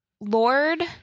Lord